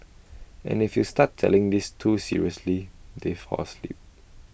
and if you start telling this too seriously they fall asleep